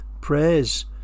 prayers